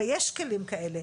ויש כלים כאלה.